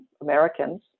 Americans